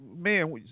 man